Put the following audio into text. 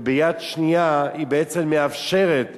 וביד שנייה היא בעצם מאפשרת